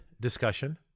discussion